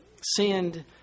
send